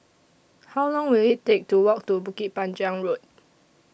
How Long Will IT Take to Walk to Bukit Panjang Road